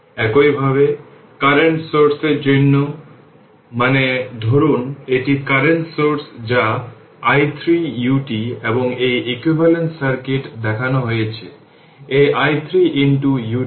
একইভাবে current source এর জন্য মানে ধরুন একটি কারেন্ট সোর্স যা i 3 ut এবং তার ইকুইভ্যালেন্ট সার্কিট দেখানো হয়েছে এই i 3 ut